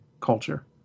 culture